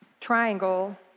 triangle